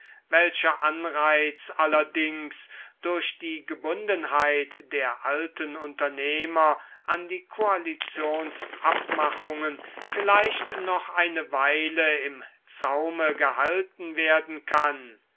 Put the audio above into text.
welcher anreiz allerdings durch die gebundenheit der alten unternehmer an die koalitionsabmachungen vielleicht noch eine weile im zaume gehalten werden kann